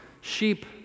Sheep